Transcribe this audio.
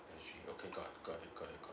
S G okay got got it got it got it